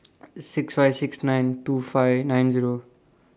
six five six nine two five nine Zero